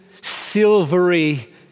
silvery